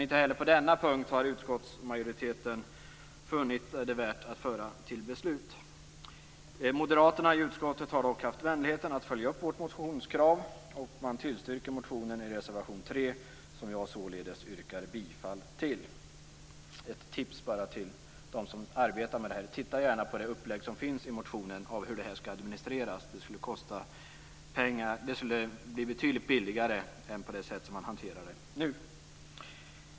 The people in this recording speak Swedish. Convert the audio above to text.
Inte heller på denna punkt har utskottsmajoriteten funnit det värt att föra det till beslut. Moderaterna i utskottet har dock haft vänligheten att följa upp vårt motionskrav, och man tillstyrker motionen enligt reservation 3, som jag således yrkar bifall till. Ett tips till dem som arbetar med det här är att gärna titta på upplägget i motionen för hur det här skall administreras. Det skulle bli betydligt billigare än det sätt som man hanterar det på nu.